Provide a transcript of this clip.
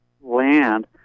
land